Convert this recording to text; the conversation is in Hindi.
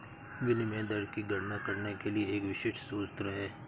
विनिमय दर की गणना करने के लिए एक विशिष्ट सूत्र है